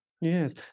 Yes